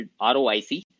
ROIC